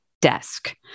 desk